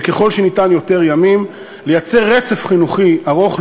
ככל שניתן יותר ימים, לייצר רצף חינוכי ארוך.